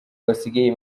basigaye